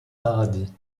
paradis